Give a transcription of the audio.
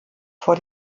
vor